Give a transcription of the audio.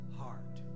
heart